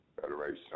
Federation